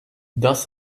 does